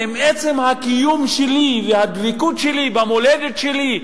עם עצם הקיום שלי והדבקות שלי במולדת שלי,